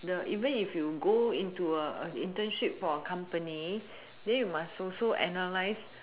the even if you go into a internship for a company then you must also analyse